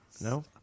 No